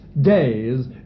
days